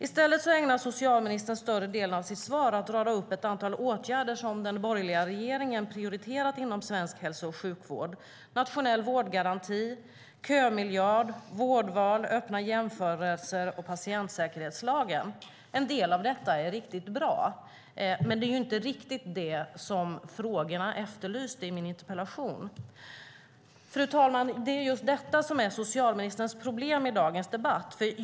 I stället ägnar socialministern större delen av sitt svar åt att rada upp ett antal åtgärder som den borgerliga regeringen prioriterat inom svensk hälso och sjukvård. Det är nationell vårdgaranti, kömiljard, vårdval, öppna jämförelser och patientsäkerhetslagen. En del av detta är riktigt bra. Men det är inte riktigt det som jag efterlyste i frågorna i min interpellation. Fru talman! Det är just detta som är socialministerns problem i dagens debatt.